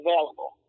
available